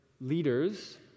leaders